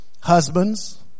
husbands